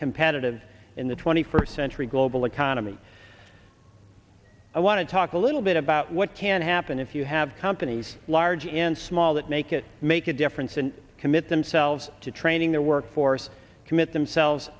competitive in the twenty first century global economy i want to talk a little bit about what can happen if you have companies large and small that make it make a difference and commit themselves to training their workforce commit themselves